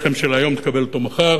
לחם של היום, תקבל אותו מחר.